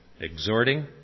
exhorting